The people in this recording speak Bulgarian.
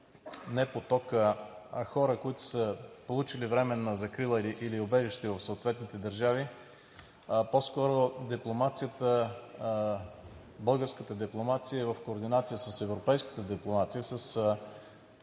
не поток, а хора, които са получили временна закрила или убежище в съответните държави, по скоро българската дипломация в координация с европейската дипломация,